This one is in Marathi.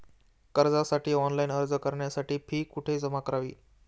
कर्जासाठी ऑनलाइन अर्ज करण्यासाठी फी कुठे जमा करावी?